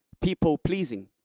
people-pleasing